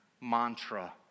mantra